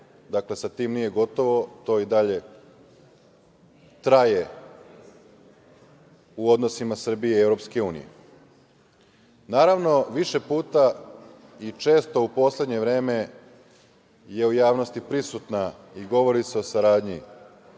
Dakle, sa tim nije gotovo, to i dalje traje u odnosima Srbije i EU.Naravno, više puta i često u poslednje vreme je u javnosti prisutna i govori se o saradnji